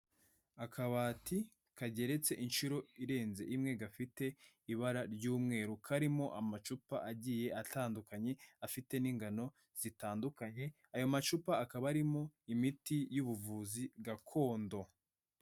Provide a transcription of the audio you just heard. Akabati kageretse inshuro irenze imwe gafite ibara ry'umweru karimo amacupa agiye atandukanye afite n'ingano zitandukanye, ayo macupa akaba arimo imiti y'ubuvuzi gakondo.